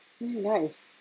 Nice